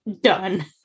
done